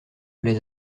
les